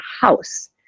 house